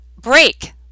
break